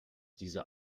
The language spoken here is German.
diese